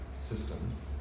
systems